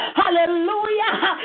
hallelujah